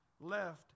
left